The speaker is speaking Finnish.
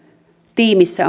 tiimissä